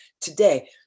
Today